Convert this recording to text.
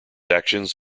actions